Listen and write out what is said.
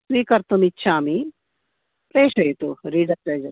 स्वीकर्तुम् इच्छामि प्रेषयतु रिडरस् डैजस्ट्